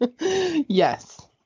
Yes